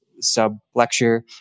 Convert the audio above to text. sub-lecture